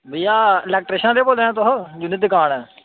भेइया इलैक्ट्रशिन आह्ले बोल्ला दे तुस जिंदी दकान ऐ